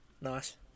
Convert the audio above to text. Nice